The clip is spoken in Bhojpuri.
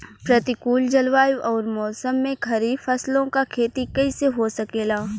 प्रतिकूल जलवायु अउर मौसम में खरीफ फसलों क खेती कइसे हो सकेला?